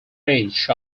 edge